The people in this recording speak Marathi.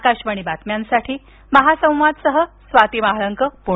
आकाशवाणीच्या बातम्यांसाठी महासंवादसह स्वाती महाळंक पुणे